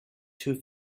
two